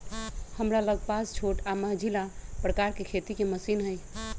हमरा लग पास छोट आऽ मझिला प्रकार के खेती के मशीन हई